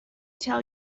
tell